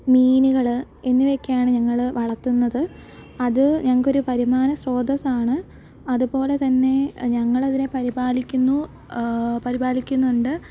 മീനുകൾ എന്നിവയൊക്കെയാണ് ഞങ്ങൾ വളത്തുന്നത് അത് ഞങ്ങൾക്കൊരു വരുമാന ശ്രോതസ്സാണ് അതു പോലെതന്നെ ഞങ്ങളതിനെ പരിപാലിക്കുന്നു പരിപാലിക്കുന്നുണ്ട്